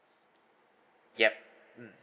yup mm